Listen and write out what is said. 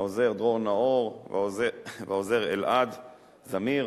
העוזר דרור נאור והעוזר אלעד זמיר.